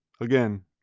again